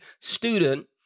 student